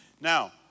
Now